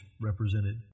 represented